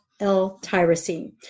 L-tyrosine